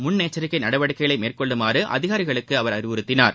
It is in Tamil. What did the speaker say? முன்னெச்சிக்கை நடவடிக்கைகளை மேற்கொள்ளுமாறு அதிகாரிகளுக்கு அவர் உரிய அறிவுறுத்தினார்